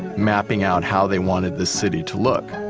mapping out how they wanted the city to look.